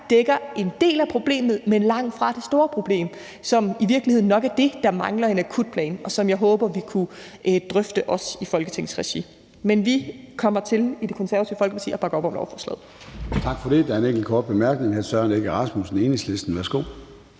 dækker en del af problemet, men langtfra det store problem, som i virkeligheden nok er det, der mangler en akutplan for, og som jeg håber vi også kunne drøfte i Folketingsregi. Men vi kommer til i Det Konservative Folkeparti at bakke op om lovforslaget.